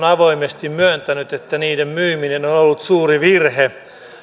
avoimesti myöntänyt että niiden myyminen on ollut suuri virhe